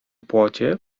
płocie